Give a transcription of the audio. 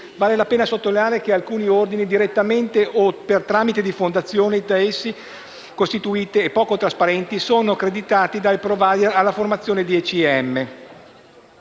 la pena sottolineare che anche taluni ordini, direttamente o per tramite di fondazioni da essi costituite e poco trasparenti, sono accreditati come *provider* di formazione ECM.